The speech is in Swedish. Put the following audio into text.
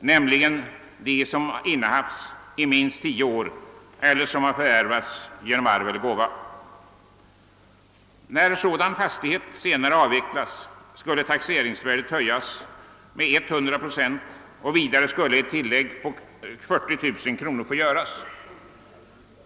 nämligen de som innehafts i minst tio år eller som har förvärvats genom arv eller gåva. När sådan fastighet senare avvecklas skulle taxeringsvärdet höjas med 100 procent och vidare skulle ett tillägg på 40 000 kronor få göras.